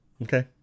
Okay